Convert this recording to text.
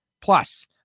Plus